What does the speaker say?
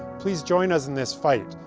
please join us in this fight,